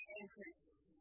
increase